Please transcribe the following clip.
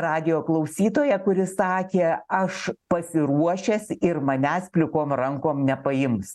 radijo klausytoją kuris sakė aš pasiruošęs ir manęs plikom rankom nepaims